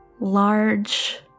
large